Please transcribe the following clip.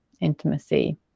intimacy